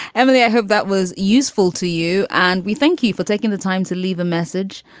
emily, i hope that was useful to you. and we thank you for taking the time to leave a message.